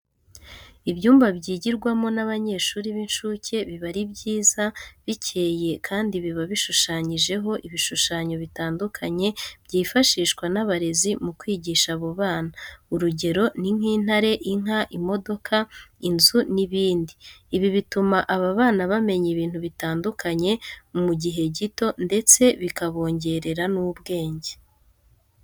Ibyumba byigirwamo n'abanyeshuri b'incuke biba ari byiza, bikeye kandi biba bishushanyijeho ibishushanyo bitandukanye byifashishwa n'abarezi mu kwigisha abo bana, urugero ni nk'intare, inka, imodoka, inzu n'ibindi. Ibi bituma aba bana bamenya ibintu bitandukanye mu gihe gito ndetse bikabongerera n'ubwenge.